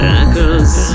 echoes